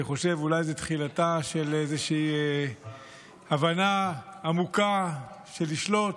אני חושב שאולי זו תחילתה של איזושהי הבנה עמוקה של לשלוט,